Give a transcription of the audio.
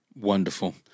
wonderful